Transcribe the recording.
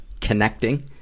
connecting